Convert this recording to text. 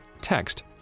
text